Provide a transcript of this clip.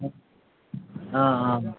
অঁ অঁ অঁ